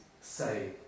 say